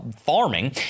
farming